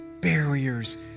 barriers